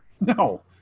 No